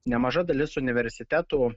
nemaža dalis universitetų